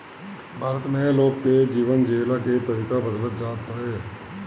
भारत में लोग के जीवन जियला के तरीका बदलत जात हवे